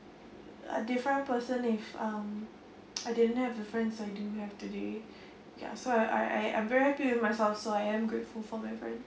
a different person if um I didn't have the friends I do have today ya so I I I'm very happy with myself so I am grateful for my friend